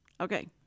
Okay